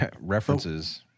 References